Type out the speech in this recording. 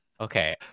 Okay